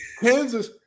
Kansas